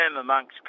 amongst